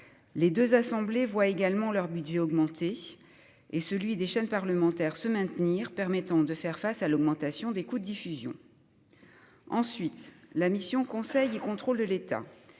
Les deux assemblées voient également leur budget augmenter. Celui des chaînes parlementaires se maintient, ce qui permet de faire face à l'augmentation des coûts de diffusion. La mission « Conseil et contrôle de l'État »,